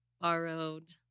Borrowed